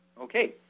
Okay